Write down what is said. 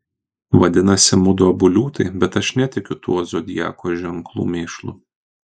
vadinasi mudu abu liūtai bet aš netikiu tuo zodiako ženklų mėšlu